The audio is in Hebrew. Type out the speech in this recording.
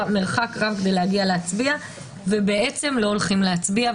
מרחק רב כדי להצביע ובעצם לא הולכים להצביע.